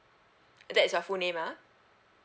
that's your full name ah